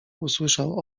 usłyszał